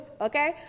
okay